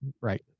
Right